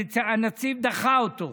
הנציב דחה אותו,